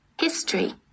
history